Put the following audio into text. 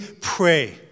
pray